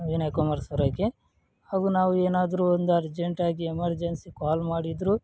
ವಿನಯ್ ಕುಮಾರ್ ಸೊರಕೆ ಹಾಗೂ ನಾವು ಏನಾದ್ರೂ ಒಂದು ಅರ್ಜೆಂಟಾಗಿ ಎಮರ್ಜೆನ್ಸಿ ಕಾಲ್ ಮಾಡಿದ್ರೂ